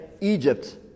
Egypt